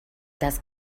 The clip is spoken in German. das